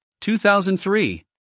2003